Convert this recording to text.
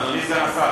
אדוני סגן השר,